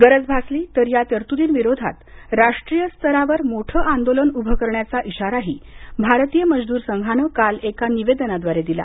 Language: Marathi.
गरज भासली तर या तरतूर्दीविरोधात राष्ट्रीय स्तरावर मोठं आंदोलन उभं करण्याचा इशाराही भारतीय मजदूर संघानं काल एका निवेदनाद्वारे दिला